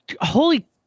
holy